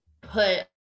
put